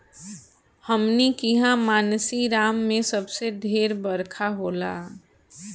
हमनी किहा मानसींराम मे सबसे ढेर बरखा होला